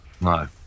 No